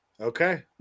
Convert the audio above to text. okay